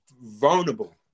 vulnerable